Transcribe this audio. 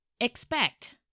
Expect